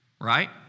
right